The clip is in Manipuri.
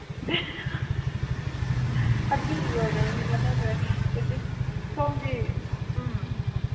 ꯑꯗꯨꯒꯤ ꯑꯣꯏꯔꯝꯅꯤꯕ ꯅꯠꯇ꯭ꯔꯕꯗꯤ ꯁꯣꯝꯒꯤ ꯎꯝ